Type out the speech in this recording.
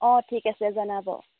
অঁ ঠিক আছে জনাব